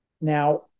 Now